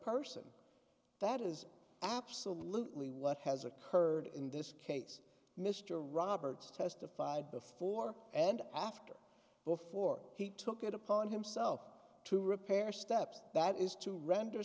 person that is absolutely what has occurred in this case mr roberts testified before and after before he took it upon himself to repair steps that is to ren